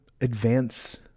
advance